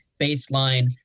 baseline